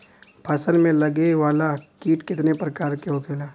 फसल में लगे वाला कीट कितने प्रकार के होखेला?